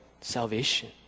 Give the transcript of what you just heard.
salvation